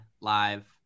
live